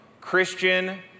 Christian